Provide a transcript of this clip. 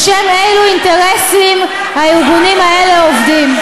בשם אילו אינטרסים הארגונים האלה עובדים.